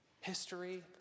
History